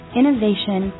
innovation